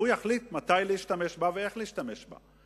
הוא יחליט מתי להשתמש בה ואיך להשתמש בה.